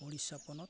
ᱳᱰᱤᱥᱟ ᱯᱚᱱᱚᱛ